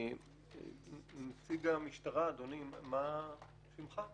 נציג המשטרה, אדוני, מה שמך?